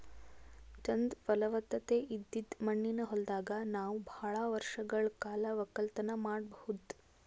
ಚಂದ್ ಫಲವತ್ತತೆ ಇದ್ದಿದ್ ಮಣ್ಣಿನ ಹೊಲದಾಗ್ ನಾವ್ ಭಾಳ್ ವರ್ಷಗಳ್ ಕಾಲ ವಕ್ಕಲತನ್ ಮಾಡಬಹುದ್